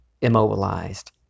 immobilized